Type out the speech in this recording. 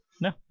No